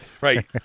Right